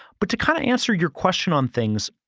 but to kind of answer your question on things,